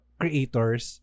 creators